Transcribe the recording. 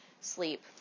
sleep